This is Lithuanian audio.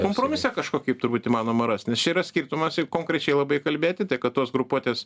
kompromisą kažkokį turbūt įmanoma rast nes čia yra skirtumas ir konkrečiai labai kalbėti kad tos grupuotės